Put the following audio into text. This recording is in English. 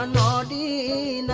and da da